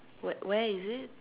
where where is it